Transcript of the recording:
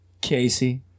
Casey